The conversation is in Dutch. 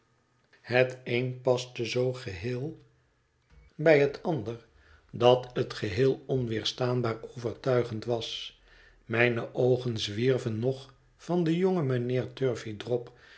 het een paste zoo geheel bij het ander dat het geheel onweerstaanbaar overtuigend was mijne oogen zwierven nog van den jongen mijnheer